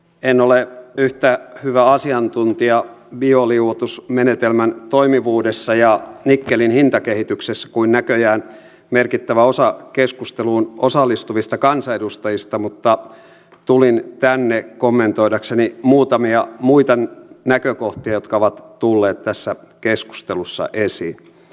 en ole yhtä hyvä asiantuntija bioliuotusmenetelmän toimivuudessa ja nikkelin hintakehityksessä kuin näköjään merkittävä osa keskusteluun osallistuvista kansanedustajista mutta tulin tänne kommentoidakseni muutamia muita näkökohtia jotka ovat tulleet tässä keskustelussa esiin